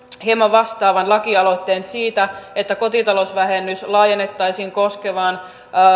hieman vastaavan lakialoitteen siitä että kotitalousvähennys laajennettaisiin koskemaan